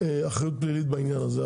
אחריות פלילית בעניין הזה,